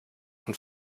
und